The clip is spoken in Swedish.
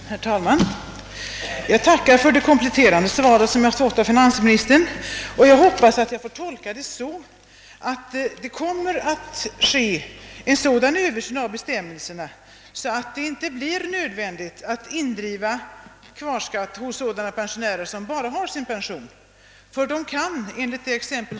Herr talman! Jag tackar för det kompletterande svar som jag har fått av finansministern och hoppas att jag får tolka det så, att det kommer att göras en sådan översyn av bestämmelserna att det inte kommer att bli nödvändigt att driva in kvarskatt hos pensionärer som bara har sin pension.